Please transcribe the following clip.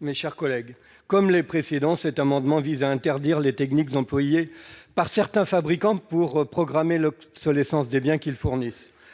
669 rectifié. Comme les précédents, cet amendement vise à interdire les techniques employées par certains fabricants pour programmer l'obsolescence des biens qu'ils fournissent.